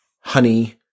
honey